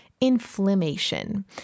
inflammation